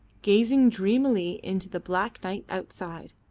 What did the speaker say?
gazing dreamily into the black night outside.